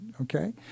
okay